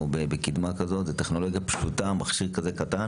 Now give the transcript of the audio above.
זוהי טכנולוגיה פשוטה ומכשיר קטן.